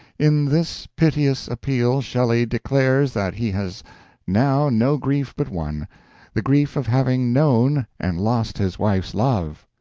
in this piteous appeal shelley declares that he has now no grief but one the grief of having known and lost his wife's love.